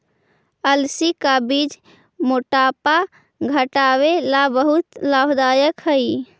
अलसी का बीज मोटापा घटावे ला बहुत लाभदायक हई